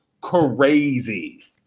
crazy